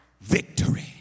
victory